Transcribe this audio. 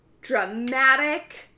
dramatic